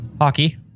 Hockey